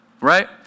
right